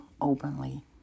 openly